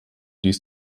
dies